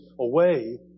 away